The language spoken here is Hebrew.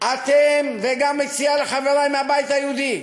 וגם מציע לחברי מהבית היהודי,